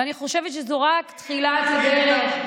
ואני חושבת שזו רק תחילת הדרך.